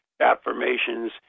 affirmations